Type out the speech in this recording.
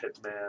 Hitman